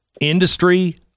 industry